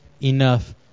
enough